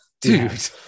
Dude